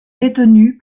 détenu